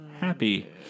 happy